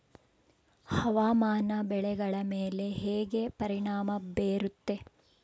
ಹವಾಮಾನ ಬೆಳೆಗಳ ಮೇಲೆ ಹೇಗೆ ಪರಿಣಾಮ ಬೇರುತ್ತೆ?